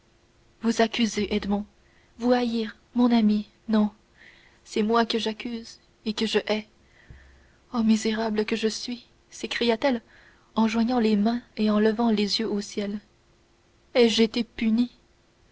vous accuser edmond vous haïr mon ami non c'est moi que j'accuse et que je hais oh misérable que je suis s'écria-t-elle en joignant les mains et en levant les yeux au ciel ai-je été punie